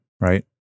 right